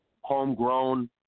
homegrown